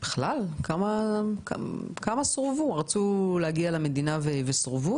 בכלל, כמה רצו להגיע למדינה וקיבלו סירוב.